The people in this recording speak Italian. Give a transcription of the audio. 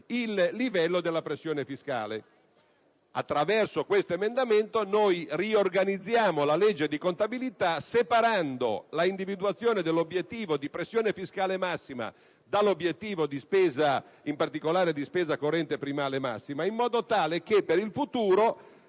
il livello della pressione fiscale. Attraverso questo emendamento noi riorganizziamo la legge di contabilità separando l'individuazione dell'obiettivo di pressione fiscale massima dall'obiettivo di spesa (in particolare di spesa corrente primaria massima), in modo tale che per il futuro